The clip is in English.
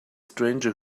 stranger